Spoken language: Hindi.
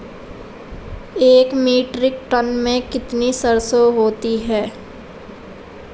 एक मीट्रिक टन में कितनी सरसों होती है?